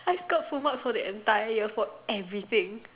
I scored full marks the entire year for everything